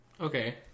Okay